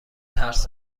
ترس